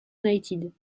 united